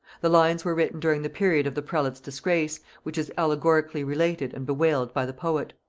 the lines were written during the period of the prelate's disgrace, which is allegorically related and bewailed by the poet.